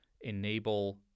enable